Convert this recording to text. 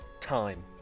time